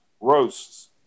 roasts